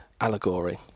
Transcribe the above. allegory